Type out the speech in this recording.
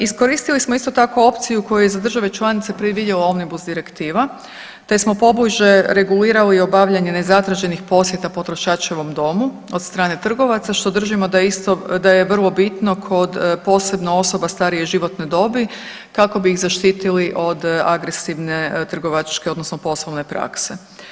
Iskoristili smo isto tako opciju koju za države članice predvidjela Omnibus direktiva, te smo pobliže regulirali obavljanje nezatraženih posjeta potrošačevom domu od strane trgovaca što držimo da je vrlo bitno kod posebno osoba starije životne dobi kako bi ih zaštitili od agresivne trgovačke, odnosno poslovne prakse.